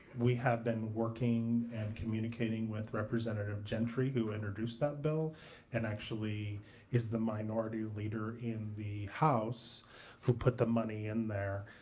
we have been working and communicating with representative gentry who introduced that bill and actually is the minority leader in the house who put the money in there.